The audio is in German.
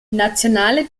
nationale